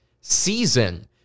season